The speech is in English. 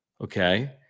okay